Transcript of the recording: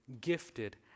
gifted